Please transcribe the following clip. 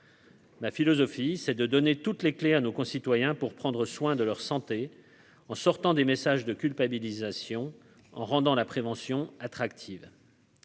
Ma philosophie, c'est de donner toutes les clés à nos concitoyens pour prendre soin de leur santé en sortant des messages de culpabilisation en rendant la prévention attractive.